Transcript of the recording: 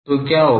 तो क्या होगा